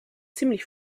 ziemlich